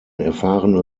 erfahrene